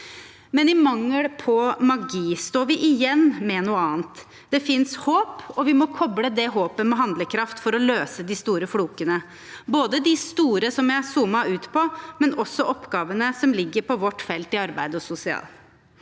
I mangel av magi står vi igjen med noe annet. Det finnes håp, og vi må koble det håpet med handlekraft for å løse de store flokene – både de store oppgavene, som jeg zoomet ut på, og de oppgavene som ligger på vårt felt i arbeids- og